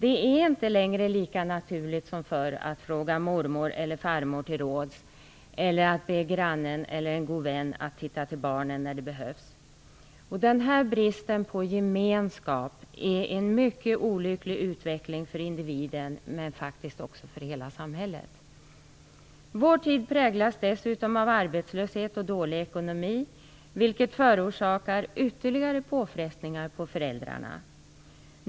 Det är numera inte lika naturligt som förr att fråga mormor eller farmor till råds eller att be grannen eller en god vän att titta till barnen när det behövs. Denna brist på gemenskap är en mycket olycklig utveckling för individen, men faktiskt också för hela samhället. Vår tid präglas dessutom av arbetslöshet och dålig ekonomi, vilket förorsakar ytterligare påfrestningar på föräldrarna.